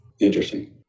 Interesting